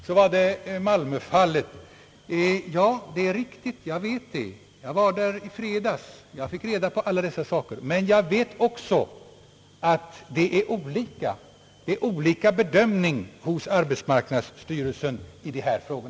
Beträffande Malmöfallet är det riktigt som herr Strand säger. Jag vet det, ty jag var där i fredags och fick då alla dessa uppgifter. Men jag vet också att det är olika bedömningar hos arbetsmarknadsstyrelsen i dessa frågor.